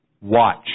Watch